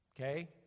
okay